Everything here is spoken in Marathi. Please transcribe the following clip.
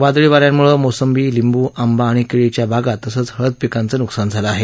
वादळी वाऱ्यामुळे मोसंबी लिंबू आंबा आणि केळीच्या बागा तसंच हळद पिकाचं नुकसान झालं आहे